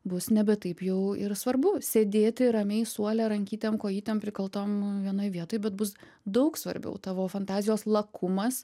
bus nebe taip jau ir svarbu sėdėti ramiai suole rankytėm kojytėm prikaltom vienoj vietoj bet bus daug svarbiau tavo fantazijos lakumas